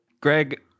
Greg